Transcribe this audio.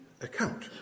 account